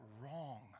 wrong